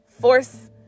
force